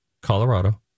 Colorado